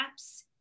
apps